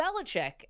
Belichick